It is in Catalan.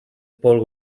paul